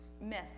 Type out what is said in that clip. miss